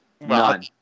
None